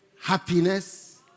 Happiness